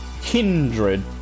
kindred